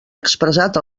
expressat